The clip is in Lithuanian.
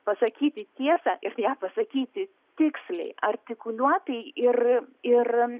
pasakyti tiesą ir ją pasakyti tiksliai artikuliuotai ir ir